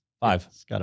Five